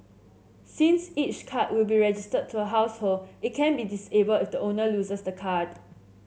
since each card will be registered to a household it can be disabled if the owner loses the card